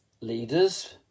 leaders